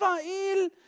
Israel